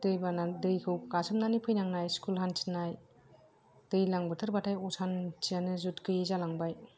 दैबाना दैखौ गासोमनानै फैनांनाय स्कुल हान्थिनाय दैलां बोथोर बाथाय असान्थियानो जुद गैयै जालांबाय